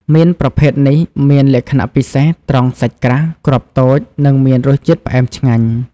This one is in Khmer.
មៀនប្រភេទនេះមានលក្ខណៈពិសេសត្រង់សាច់ក្រាស់ គ្រាប់តូច និងមានរសជាតិផ្អែមឆ្ងាញ់។